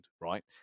right